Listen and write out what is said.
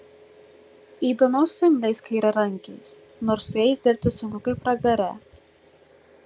įdomiau su imliais kairiarankiais nors su jais dirbti sunku kaip pragare